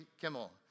Kimmel